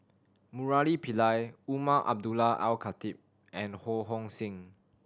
Murali Pillai Umar Abdullah Al Khatib and Ho Hong Sing